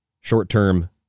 Short-term